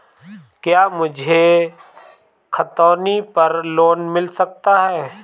क्या मुझे खतौनी पर लोन मिल सकता है?